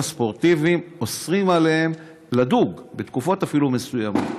הספורטיביים לדוג אפילו בתקופות מסוימות?